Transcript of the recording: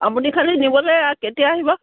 আপুনি খালী নিবলৈ কেতিয়া আহিব